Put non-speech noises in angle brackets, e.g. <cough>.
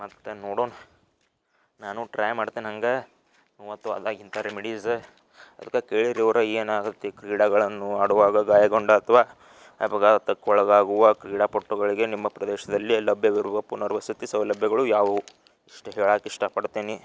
ಮತ್ತೆ ನೋಡೋಣ ನಾನು ಟ್ರೈ ಮಾಡ್ತೇನೆ ಹಂಗೆ <unintelligible> ಅಲ್ಲ ಇಂಥ ರೆಮಿಡೀಸ ಅದಕ್ಕೆ ಕೇಳಿದ್ದು ಅವ್ರು ಏನಾಗತ್ತೆ ಕ್ರೀಡೆಗಳನ್ನು ಆಡುವಾಗ ಗಾಯಗೊಂಡು ಅಥ್ವಾ ಅಪಘಾತಕ್ಕೆ ಒಳಗಾಗುವ ಕ್ರೀಡಾಪಟುಗಳಿಗೆ ನಿಮ್ಮ ಪ್ರದೇಶದಲ್ಲಿ ಲಭ್ಯವಿರುವ ಪುನರ್ವಸತಿ ಸೌಲಭ್ಯಗಳು ಯಾವುವು ಇಷ್ಟು ಹೇಳಕ್ಕೆ ಇಷ್ಟಪಡ್ತೇನೆ